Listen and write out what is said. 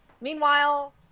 Meanwhile